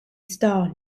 star